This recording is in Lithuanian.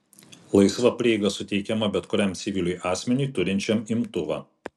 laisva prieiga suteikiama bet kuriam civiliui asmeniui turinčiam imtuvą